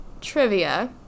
trivia